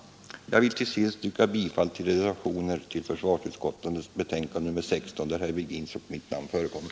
Jag vill till sist yrka bifall till de reservationer vid försvarsutskottets betänkande nr 16 där herr Virgins och mitt namn förekommer.